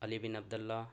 علی bin عبداللہ